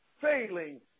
failing